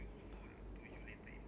you got four okay you start first